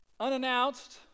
Unannounced